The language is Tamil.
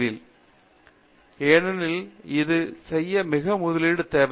பேராசிரியர் பிரதாப் ஹரிதாஸ் சரி பேராசிரியர் சத்யநாராயணன் என் கும்மாடி ஏனெனில் இது செய்ய அதிக முதலீடு தேவை